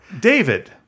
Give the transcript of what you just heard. David